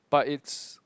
but it's